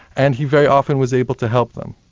and he very often was able to help them.